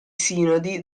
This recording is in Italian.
sinodi